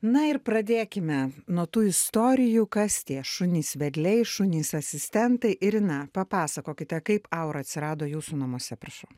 na ir pradėkime nuo tų istorijų kas tie šunys vedliai šunys asistentai irina papasakokite kaip aura atsirado jūsų namuose prašau